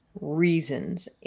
reasons